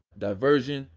diversion,